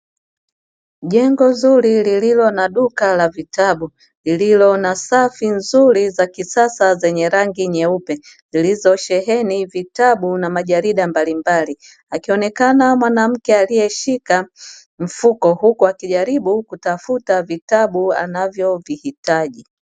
Jengo zuri lililo na duka la vitabu lililo na safi nzuri za kisasa zenye rangi nyeupe zilizosheheni vitabu na majarida mbalimbali. Akionekana mwanamke aliyeshika mfuko huku akijaribu kutafuta vitabu anavyovihitaji.